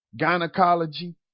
gynecology